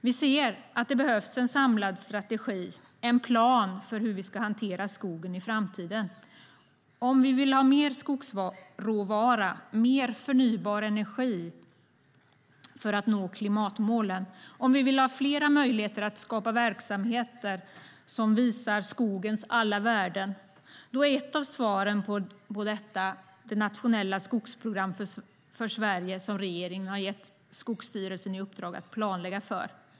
Vi ser att det behövs en samlad strategi, en plan för hur vi ska hantera skogen i framtiden. Om vi vill ha mer skogsråvara, mer förnybar energi för att nå klimatmålen, om vi vill ha flera möjligheter att skapa verksamheter som visar skogens alla värden, då är ett av svaren på detta det nationella skogsprogram för Sverige som regeringen har gett Skogsstyrelsen i uppdrag att planlägga.